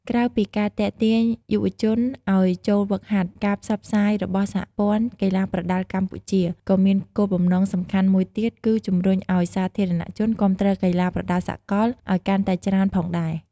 ក្រៅពីការទាក់ទាញយុវជនឲ្យចូលហ្វឹកហាត់ ការផ្សព្វផ្សាយរបស់សហព័ន្ធកីឡាប្រដាល់កម្ពុជា ក៏មានគោលបំណងសំខាន់មួយទៀតគឺជំរុញឲ្យសាធារណជនគាំទ្រកីឡាប្រដាល់សកលឲ្យកាន់តែច្រើនផងដែរ។